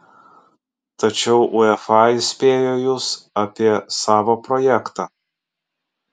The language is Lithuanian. tačiau uefa įspėjo jus apie savo projektą